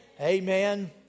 Amen